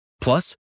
Plus